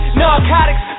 narcotics